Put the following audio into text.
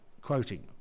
quoting